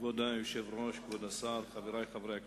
כבוד היושב-ראש, כבוד השר, חברי חברי הכנסת,